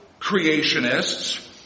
creationists